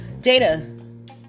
Jada